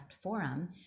forum